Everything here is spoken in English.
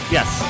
Yes